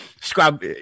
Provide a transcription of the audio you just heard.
scrub